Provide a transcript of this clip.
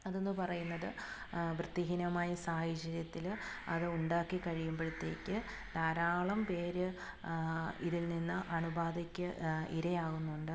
അതെന്ന് പറയുന്നത് വൃത്തിഹീനമായ സാഹചര്യത്തിൽ അത് ഉണ്ടാക്കി കഴിയുമ്പോഴത്തേക്ക് ധാരാളം പേർ ഇതിൽ നിന്ന് അണുബാധയ്ക്ക് ഇരയാകുന്നുണ്ട്